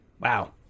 Wow